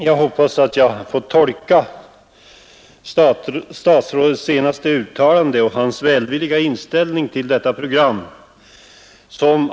Fru talman! Jag noterar statsrådets senaste uttalande och hans välvilliga inställning till detta program.